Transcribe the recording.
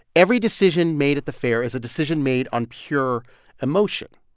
every decision made at the fair is a decision made on pure emotion.